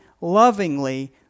lovingly